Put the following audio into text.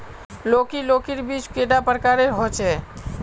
लौकी लौकीर बीज कैडा प्रकारेर होचे?